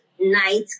Night